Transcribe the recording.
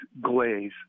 glaze